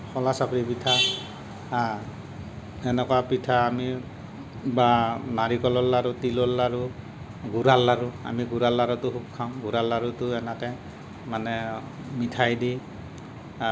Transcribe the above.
খোলাচাপৰি পিঠা সেনকা পিঠা আমি বা নাৰিকলৰ লাড়ু তিলৰ লাড়ু গুৰৰ লাড়ু আমি গুৰৰ লাড়ুটো খুউব খাওঁ গুৰৰ লাড়ুটো এনেকে মানে মিঠাই দি